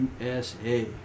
USA